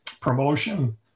promotion